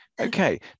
Okay